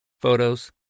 photos